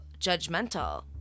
judgmental